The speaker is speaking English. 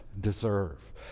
deserve